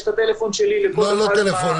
יש את הטלפון שלי --- לא טלפון,